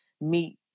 meet